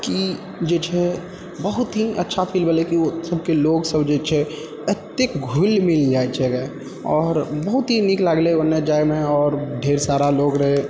कि जे छै बहुत ही अच्छा फील भेलै कि ओतुका लोक सभ जे छै एतेक घुलि मिल जाइ छैगऽ आओर बहुत ही नीक लगलै ओने जाइमे आओर ढ़ेर सारा लोग रहै